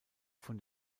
von